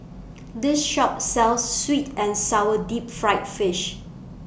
This Shop sells Sweet and Sour Deep Fried Fish